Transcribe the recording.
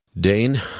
Dane